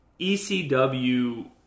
ECW